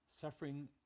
Suffering